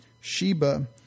Sheba